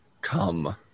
come